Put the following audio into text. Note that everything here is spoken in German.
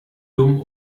dumm